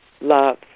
love